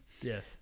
Yes